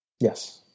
Yes